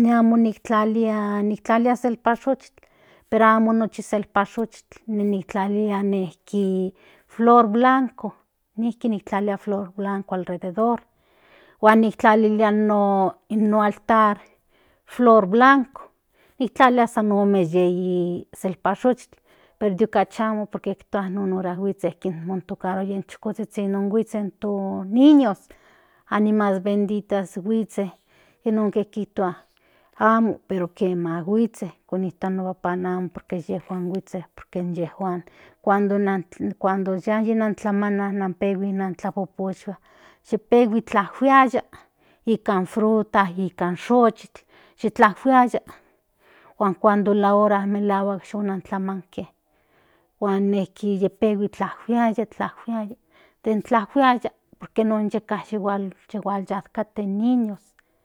ne amo nikin tlalia niklalia zelpashochitl para amo nochi selpashochit flor blanco niklalia flor blanco alrededor guaniklalilia no altar flor blanco niklalia zan omene zelpashochitl perdio tlacha amo porque kitua non hora huitzen kintmontukaro yenchukotitsin non huitzen to ninos ni almas benditas huitzen y non kik itua amo pero kiema guitzen konita no beban amo porque yejuan huitze porque en yejuan kuando yeka nan tlamana nan pehui nentla popochua yepehui tlajuiaya yekan frutas yekan xochitl ye tlajuiaya huan kuando la hora melahuak yo nantlamanke huan neki yepehi tlajuiaya tlajuiaya tlajuiaya porque non yeka yehual tlajuiaya kate niños.